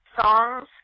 songs